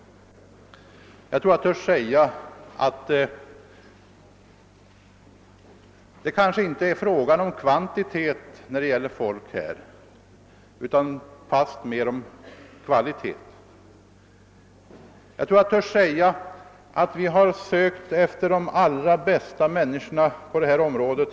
Jag tror emellertid att jag törs säga, att det kanske inte är fråga om kvantitet när det gäller folk i detta fall, utan fastmer om kvalitet, och jag vågar påstå att vi har sökt efter de allra bästa i vårt land på detta område.